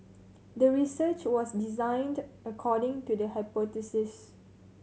the research was designed according to the hypothesis